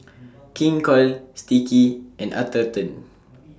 King Koil Sticky and Atherton